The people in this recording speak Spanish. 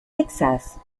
texas